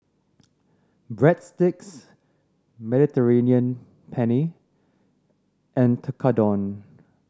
Breadsticks Mediterranean Penne and Tekkadon